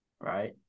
right